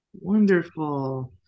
wonderful